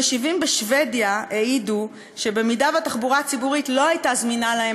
המשיבים בשבדיה העידו שאם התחבורה הציבורית לא הייתה זמינה להם